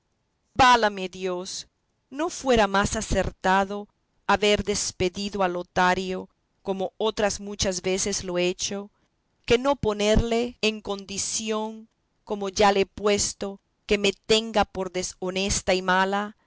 válame dios no fuera más acertado haber despedido a lotario como otras muchas veces lo he hecho que no ponerle en condición como ya le he puesto que me tenga por deshonesta y mala